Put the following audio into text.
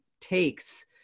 takes